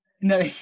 No